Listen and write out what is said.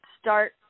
start